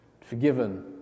forgiven